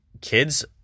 kids